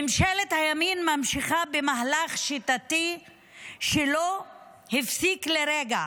ממשלת הימין ממשיכה במהלך שיטתי שלא הפסיק לרגע,